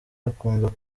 akunda